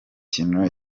mikino